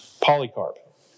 Polycarp